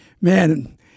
Man